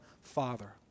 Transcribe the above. father